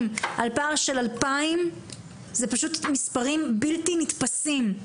על פער של 2,000 זה פשוט מספרים בלתי נתפסים.